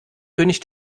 könig